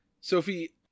Sophie